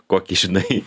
kokį žinai